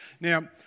Now